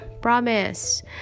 promise